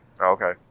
Okay